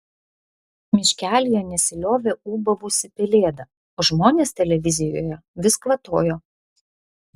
miškelyje nesiliovė ūbavusi pelėda o žmonės televizijoje vis kvatojo